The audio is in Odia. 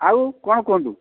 ଆଉ କ'ଣ କୁହନ୍ତୁ